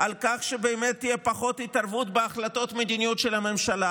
על כך שתהיה פחות התערבות בהחלטות מדיניות של הממשלה.